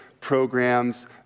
programs